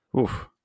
oof